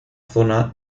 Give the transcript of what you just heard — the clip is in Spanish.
zona